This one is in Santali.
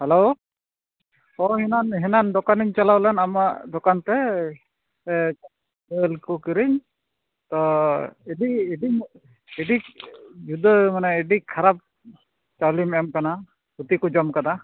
ᱦᱮᱞᱳ ᱚᱠᱟᱨᱮ ᱢᱮᱱᱟᱢ ᱫᱚ ᱦᱮᱱᱟᱱ ᱫᱚᱠᱟᱱᱤᱧ ᱪᱟᱞᱟᱣ ᱞᱮᱱ ᱟᱢᱟᱜ ᱫᱚᱠᱟᱱ ᱛᱮ ᱟᱹᱞᱩ ᱠᱚ ᱠᱤᱨᱤᱧ ᱛᱚ ᱤᱫᱤ ᱤᱫᱤ ᱤᱫᱤ ᱡᱩᱫᱟᱹ ᱢᱟᱱᱮ ᱟᱹᱰᱤ ᱠᱷᱟᱨᱟᱯ ᱪᱟᱣᱞᱮᱢ ᱮᱢ ᱟᱠᱟᱱᱟ ᱦᱩᱛᱩ ᱠᱚ ᱡᱚᱢ ᱟᱠᱟᱫᱟ